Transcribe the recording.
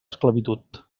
esclavitud